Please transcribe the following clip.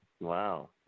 Wow